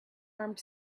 armed